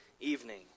evening